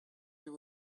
you